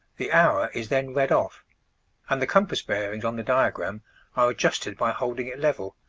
the hour is then read off and the compass bearings on the diagram are adjusted by holding it level,